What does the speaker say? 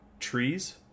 trees